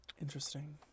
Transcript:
Interesting